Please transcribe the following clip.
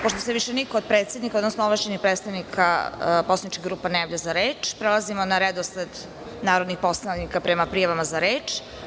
Pošto se više niko od predsednika, odnosno ovlašćenih predstavnika poslaničkih grupa ne javlja za reč, prelazimo na redosled narodnih poslanika prema prijavama za reč.